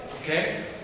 okay